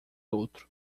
outro